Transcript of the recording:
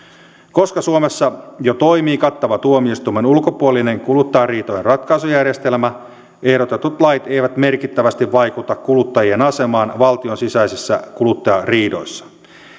koska suomessa jo toimii kattava tuomioistuimen ulkopuolinen kuluttajariitojen ratkaisujärjestelmä ehdotetut lait eivät merkittävästi vaikuta kuluttajien asemaan valtion sisäisissä kuluttajariidoissa